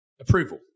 approval